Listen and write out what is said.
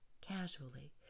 casually